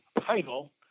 title